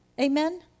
Amen